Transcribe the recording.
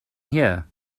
here